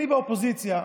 אני באופוזיציה,